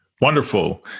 Wonderful